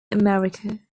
america